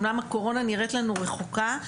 אמנם הקורונה נראית לנו רחוקה,